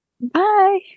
bye